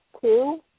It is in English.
two